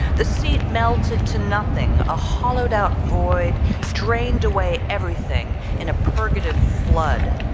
the seat melted to nothing, a hollowed-out void drained away everything in a purgative flood,